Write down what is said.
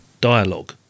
dialogue